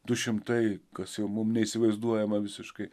du šimtai kas jau mum neįsivaizduojama visiškai